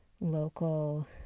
local